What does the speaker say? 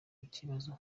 ikibazo